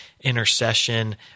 intercession